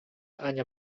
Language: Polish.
ania